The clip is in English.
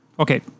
Okay